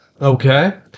Okay